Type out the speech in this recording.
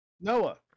Noah